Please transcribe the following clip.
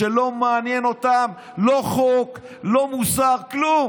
שלא מעניין אותם לא חוק, לא מוסר, כלום,